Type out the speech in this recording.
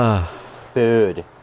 Food